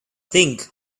think